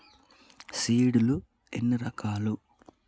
Seed లు ఎన్ని రకాలు?